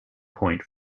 point